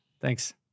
Thanks